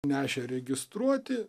nešė registruoti